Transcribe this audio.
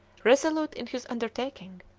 resolute in his undertaking,